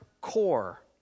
core